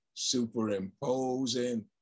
Superimposing